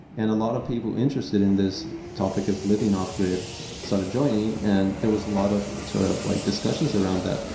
and a lot of people interested in this topic of living off-grid started joining and there was a lot discussions sort of like discussions around that.